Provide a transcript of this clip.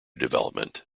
development